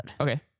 Okay